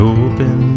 open